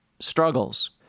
struggles